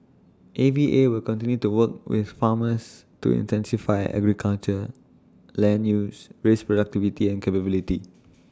A V A will continue to work with farmers to intensify agriculture land use raise productivity and capability